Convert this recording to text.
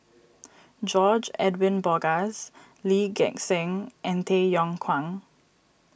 George Edwin Bogaars Lee Gek Seng and Tay Yong Kwang